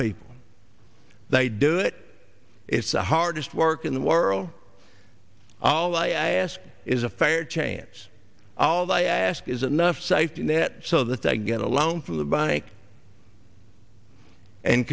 people they do it is the hardest work in the world all i ask is a fair chance all i ask is enough safety net so that i get a loan from the bank and